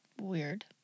Weird